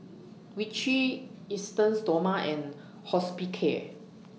Vichy Esteem Stoma and Hospicare